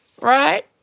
Right